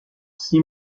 six